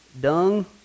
dung